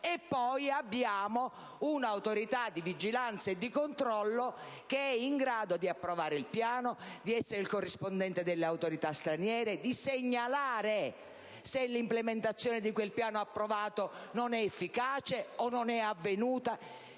abbiamo un'Autorità di vigilanza e di controllo che è in grado di approvare il Piano, di essere il corrispondente delle Autorità straniere, di segnalare se l'implementazione di quel piano approvato non è efficace o non è avvenuta.